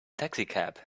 taxicab